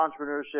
entrepreneurship